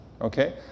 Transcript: Okay